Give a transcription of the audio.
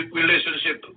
relationship